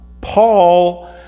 Paul